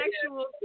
sexual